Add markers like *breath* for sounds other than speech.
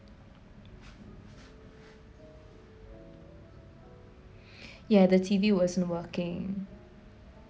*breath* ya the T_V wasn't working